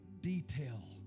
detail